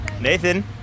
Nathan